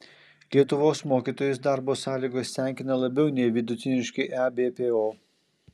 lietuvos mokytojus darbo sąlygos tenkina labiau nei vidutiniškai ebpo